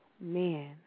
man